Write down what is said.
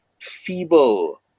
feeble